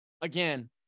Again